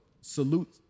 salute